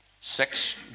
Six